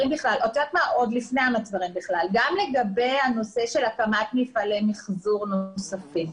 הנושא של הקמת מפעלי מיחזור נוספים.